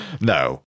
No